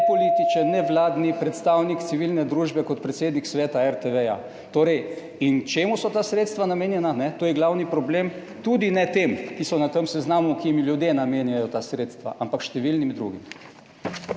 Nepolitičen, nevladni predstavnik civilne družbe kot predsednik Sveta RTV. Torej, in čemu so ta sredstva namenjena? To je glavni problem tudi ne tem, ki so na tem seznamu, ki jim ljudje namenjajo ta sredstva, ampak številnim drugim.